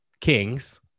kings